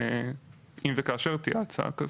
אם וכאשר תהיה הצעה כזאת,